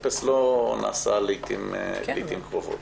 לא נעשה לעיתים קרובות.